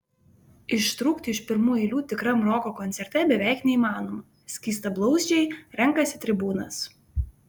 ištrūkti iš pirmų eilių tikram roko koncerte beveik neįmanoma skystablauzdžiai renkasi tribūnas